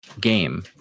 game